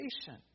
patient